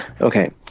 Okay